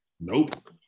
Nope